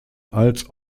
als